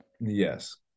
Yes